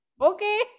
Okay